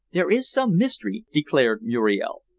there is some mystery, declared muriel.